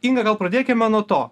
inga gal pradėkime nuo to